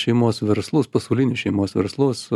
šeimos verslus pasaulinius šeimos verslus